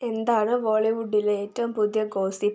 എന്താണ് ബോളിവുഡിലെ ഏറ്റവും പുതിയ ഗോസിപ്പ്